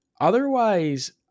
otherwise